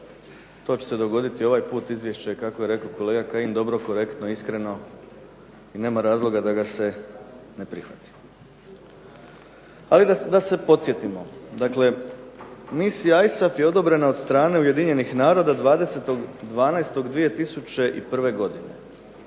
to će se dogoditi i ovaj put, izvješće kako je rekao kolega Kajin dobro, korektno, iskreno i nema razloga da ga se ne prihvati. Ali da se podsjetimo. Dakle misija ISAF je odobrena od strane Ujedinjenih naroda 20.12.2001. godine.